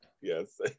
yes